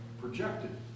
projected